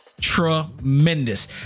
tremendous